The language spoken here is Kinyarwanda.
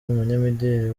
umunyamideli